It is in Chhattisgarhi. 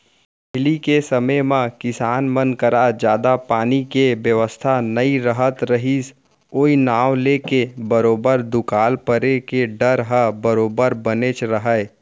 पहिली के समे म किसान मन करा जादा पानी के बेवस्था नइ रहत रहिस ओई नांव लेके बरोबर दुकाल परे के डर ह बरोबर बनेच रहय